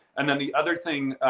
and then the other thing,